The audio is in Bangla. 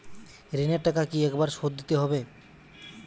ঋণের টাকা কি একবার শোধ দিতে হবে?